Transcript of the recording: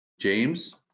James